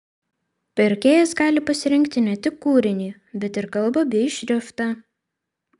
pirkėjas gali pasirinkti ne tik kūrinį bet ir kalbą bei šriftą